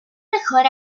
mejor